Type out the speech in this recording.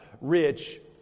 rich